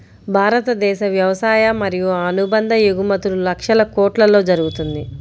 భారతదేశ వ్యవసాయ మరియు అనుబంధ ఎగుమతులు లక్షల కొట్లలో జరుగుతుంది